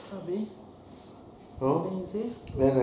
habis then you say